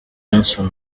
johnson